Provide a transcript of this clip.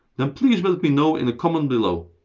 then please but let me know in a comment below.